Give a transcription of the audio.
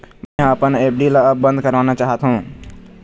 मै ह अपन एफ.डी ला अब बंद करवाना चाहथों